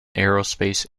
aerospace